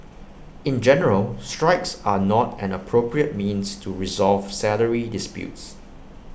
in general strikes are not an appropriate means to resolve salary disputes